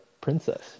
princess